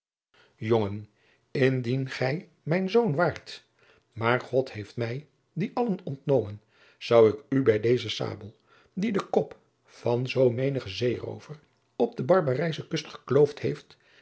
jongen indien gij mijn zoon waart maar god heeft mij die allen ontnomen zou ik u bij deze sabel die den kop van zoo menigen zeeroover op de barbarijsche kust gekloofd heeft